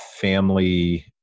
family